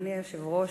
אדוני היושב-ראש,